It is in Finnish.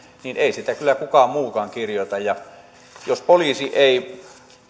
niin ei sitä kyllä kukaan muukaan kirjoita ja jos poliisi ei